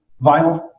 vinyl